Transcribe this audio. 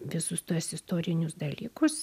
visus tuos istorinius dalykus